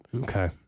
Okay